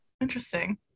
interesting